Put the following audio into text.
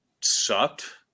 sucked